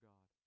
God